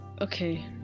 Okay